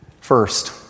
First